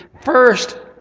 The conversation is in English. First